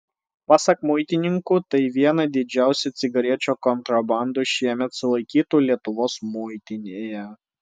pasak muitininkų tai viena didžiausių cigarečių kontrabandų šiemet sulaikytų lietuvos muitinėje